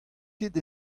ket